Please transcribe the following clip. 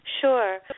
Sure